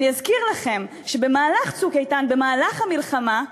אני אזכיר לכם שבמהלך "צוק איתן", במהלך המלחמה,